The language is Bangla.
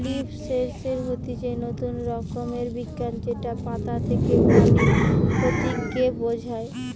লিফ সেন্সর হতিছে নতুন রকমের বিজ্ঞান যেটা পাতা থেকে পানির ক্ষতি কে বোঝায়